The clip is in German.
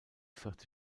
vierte